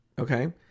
okay